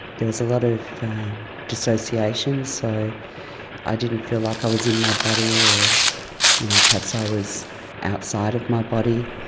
there was a lot of dissociations, so i didn't feel like i was in my body or you know perhaps i was outside of my body.